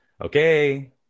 okay